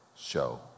show